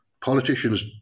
Politicians